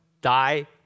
Die